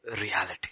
reality